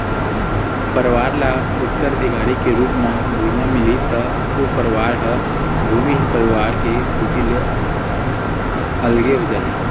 परवार ल उत्तराधिकारी के रुप म भुइयाँ मिलही त ओ परवार ह भूमिहीन परवार के सूची ले अलगे हो जाही